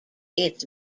its